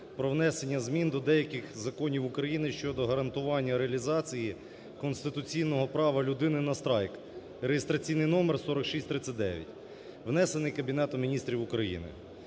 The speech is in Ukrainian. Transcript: про внесення змін до деяких законів України щодо гарантування реалізації конституційного права людини на страйк (реєстраційний номер 4639), внесений Кабінетом Міністрів України.